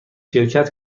شرکت